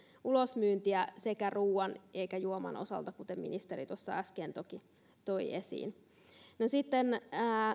ulosmyyntiä ruoan eikä juoman osalta kuten ministeri tuossa äsken toki toi esiin no sitten